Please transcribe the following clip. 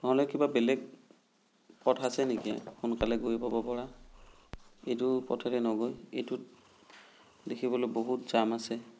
নহ'লে কিবা বেলেগ পথ আছে নেকি সোনকালে গৈ পাব পৰা এইটো পথৰে নগৈ এইটোত দেখিবলৈ বহুত জাম আছে